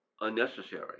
unnecessary